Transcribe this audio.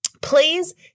please